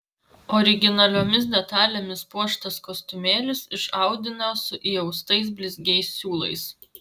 originaliomis detalėmis puoštas kostiumėlis iš audinio su įaustais blizgiais siūlais